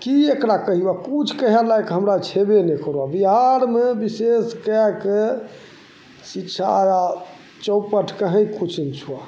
कि एकरा कहिअऽ किछुके यहाँ लाइक हमरा छेबे नहि करऽ बिहारमे विशेष कै के शिक्षा आओर चौपट कहीँ किछु नहि छ ऽ